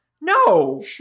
No